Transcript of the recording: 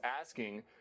asking